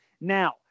Now